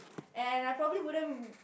and I probably wouldn't